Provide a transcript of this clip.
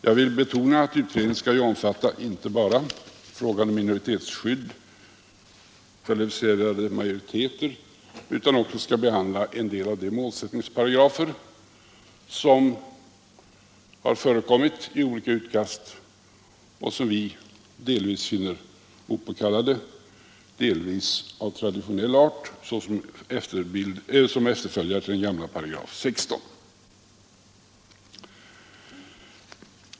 Jag vill betona att utredningen skall omfatta inte bara frågan om minoritetsskydd och kvalificerade majoriteter utan också skall behandla en del av de målsättningsparagrafer som har förekommit i olika utkast och som vi delvis finner opåkallade, delvis vara av traditionell art och efterföljare till den gamla 16 8.